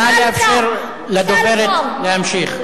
נא לאפשר לדוברת להמשיך.